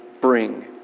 bring